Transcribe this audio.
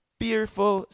fearful